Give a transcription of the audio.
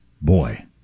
Boy